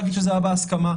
להגיד שזה היה בהסכמה.